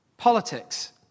Politics